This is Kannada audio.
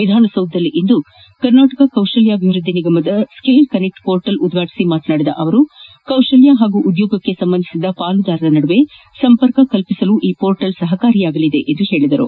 ವಿಧಾನಸೌಧದಲ್ಲಿಂದು ಕರ್ನಾಟಕ ಕೌಶಲ್ಯ ಅಭಿವೃದ್ದಿ ನಿಗಮದ ಸ್ಕಿಲ್ ಕನೆಕ್ಟ್ ಪೋರ್ಟಲ್ ಉದ್ವಾಟಿಸಿ ಮಾತನಾಡಿದ ಅವರು ಕೌಶಲ್ಯ ಹಾಗೂ ಉದ್ಯೋಗಕ್ಕೆ ಸಂಬಂಧಿಸಿದ ಪಾಲುದಾರರ ನಡುವೆ ಸಂಪರ್ಕ ಕಲ್ವಿಸಲು ಈ ಪೋರ್ಟಲ್ ಸಹಕಾರಿಯಾಗಲಿದೆ ಎಂದು ಹೇಳಿದರು